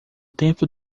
tempo